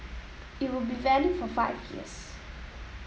it will be valid for five years